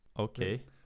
Okay